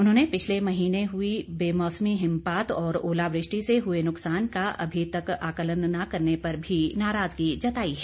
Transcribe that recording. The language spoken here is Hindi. उन्होंने पिछले महीने हुए बेमौसमी हिमपात और ओलावृष्टि से हुए नुकसान का अभी तक आंकलन न करने पर भी नाराजगी जताई है